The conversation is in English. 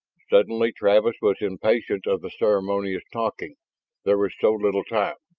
suddenly travis was impatient of the ceremonious talking there was so little time.